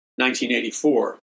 1984